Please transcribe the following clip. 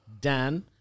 Dan